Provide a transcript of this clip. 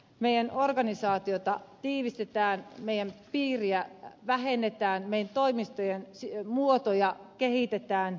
meidän organisaatiotamme tiivistetään meidän piiriämme vähennetään toimistojen muotoja kehitetään